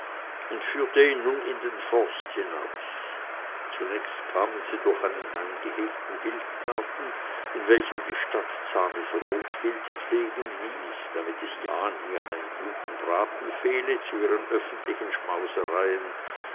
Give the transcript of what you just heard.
und führte ihn nun in den forst hinaus zunächst kamen sie durch einen eingehegten wildgarten in welchem die stadt zahmes rotwild pflegen ließ damit es ja nie an einem guten braten fehle zu ihren öffentlichen